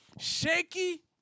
Shaky